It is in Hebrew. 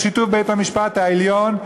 בשיתוף בית-המשפט העליון,